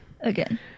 Again